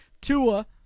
Tua